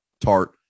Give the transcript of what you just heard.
tart